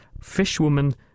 Fishwoman